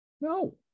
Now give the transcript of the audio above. no